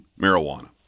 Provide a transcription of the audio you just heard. marijuana